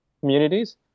communities